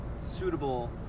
suitable